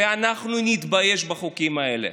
ואנחנו נתבייש בחוקים האלה.